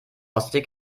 ostsee